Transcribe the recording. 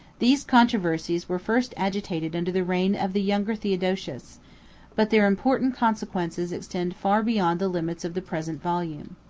these controversies were first agitated under the reign of the younger theodosius but their important consequences extend far beyond the limits of the present volume.